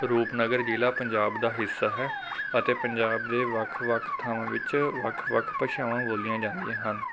ਰੂਪਨਗਰ ਜ਼ਿਲ੍ਹਾ ਪੰਜਾਬ ਦਾ ਹਿੱਸਾ ਹੈ ਅਤੇ ਪੰਜਾਬ ਦੇ ਵੱਖ ਵੱਖ ਥਾਵਾਂ ਵਿੱਚ ਵੱਖ ਵੱਖ ਭਾਸ਼ਾਵਾਂ ਬੋਲੀਆਂ ਜਾਂਦੀਆਂ ਹਨ